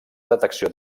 detecció